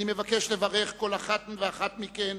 אני מבקש לברך כל אחת ואחת מכן,